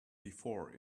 before